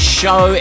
show